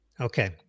Okay